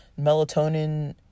melatonin